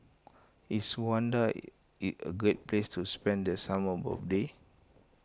is Rwanda A a great place to spend the summer holiday